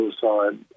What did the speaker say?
suicide